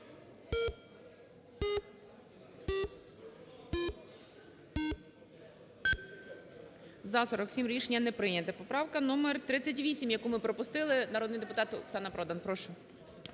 За-47 Рішення не прийнято. Поправка номер 38, яку ми пропустили. Народний депутат Оксана Продан. Прошу.